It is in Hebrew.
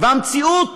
והמציאות